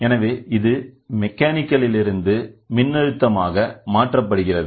எனவே இது மெக்கானிக்கல் இலிருந்து மின்னழுத்தம் ஆக மாற்றப்படுகிறது